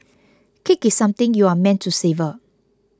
cake is something you are meant to savour